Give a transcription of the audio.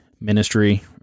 ministry